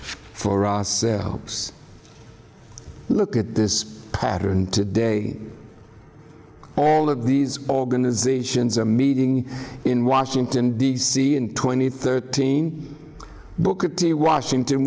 for ourselves look at this pattern today all of these organizations are meeting in washington d c and twenty thirteen booker t washington